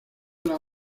las